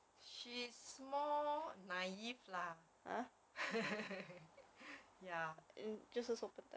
she's more naive lah !huh! ya ya